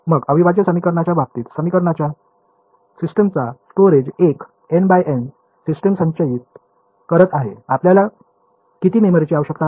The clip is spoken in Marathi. मग अविभाज्य समीकरणांच्या बाबतीत समीकरणांच्या सिस्टमचा स्टोरेज एक n × n सिस्टम संचयित करत आहे आपल्याला किती मेमरीची आवश्यकता आहे